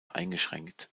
eingeschränkt